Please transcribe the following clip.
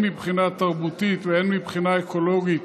מבחינה תרבותית והן מבחינה אקולוגית,